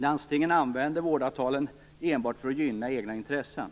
Landstingen använder vårdavtalen enbart för att gynna egna intressen.